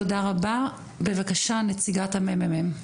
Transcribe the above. תודה רבה, בבקשה נציגת הממ"מ.